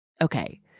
Okay